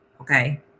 Okay